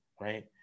right